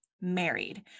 married